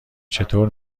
چطور